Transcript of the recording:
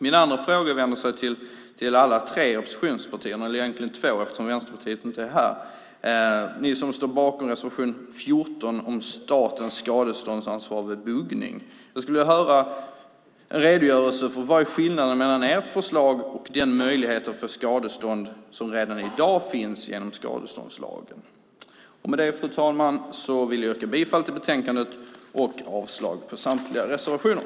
Min andra fråga vänder sig till alla tre oppositionspartierna, eller egentligen två, eftersom Vänsterpartiet inte är här. Ni som står bakom reservation 14 om statens skadeståndsansvar vid buggning, jag skulle vilja höra en redogörelse för vad som är skillnaden mellan ert förslag och den möjlighet till skadestånd som redan i dag finns genom skadeståndslagen. Med detta, fru talman, vill jag yrka bifall till utskottets förslag och avslag på samtliga reservationer.